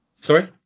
sorry